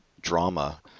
drama